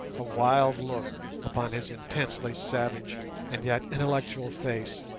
a wild look upon his intensely savage and yet intellectual face,